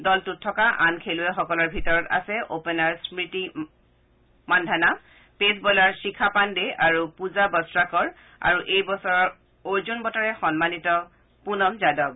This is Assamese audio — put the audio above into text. দলটোত থকা আন খেলুৱৈসকলৰ ভিতৰত আছে opener Smriti Mandhana pace bowler Shikha Pandey আৰু পূজা বস্তাকৰ আৰু এইবছৰ অৰ্জুন বঁটাৰে সন্মানিত পুনম যাদৱ